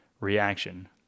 reaction